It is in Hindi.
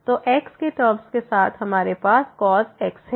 तो x के टर्म्स के साथ हमारे पास cos x है